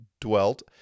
dwelt